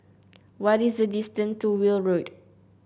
what is the distance to Weld Road